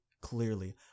clearly